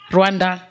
Rwanda